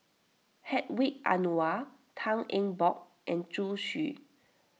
Hedwig Anuar Tan Eng Bock and Zhu Xu